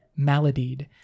maladied